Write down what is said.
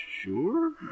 sure